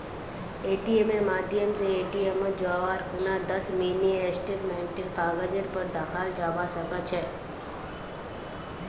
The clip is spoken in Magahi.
एटीएमेर माध्यम स एटीएमत जाई खूना दस मिनी स्टेटमेंटेर कागजेर पर दखाल जाबा सके छे